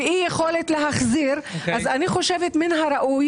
ואי יכולת להחזיר אז אני חושבת שמן הראוי